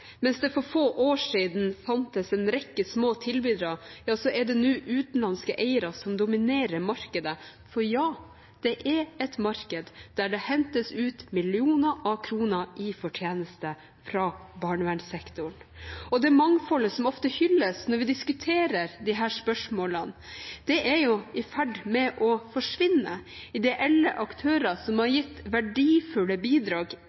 Mens det for få år siden fantes en rekke små tilbydere, er det nå utenlandske eiere som dominerer markedet. For ja, det er et marked, der det hentes ut millioner av kroner i fortjeneste fra barnevernssektoren. Det mangfoldet som ofte hylles når vi diskuterer disse spørsmålene, er i ferd med å forsvinne. Ideelle aktører som har gitt verdifulle bidrag